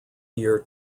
year